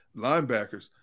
linebackers